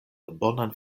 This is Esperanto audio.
bonan